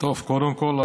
קודם כול,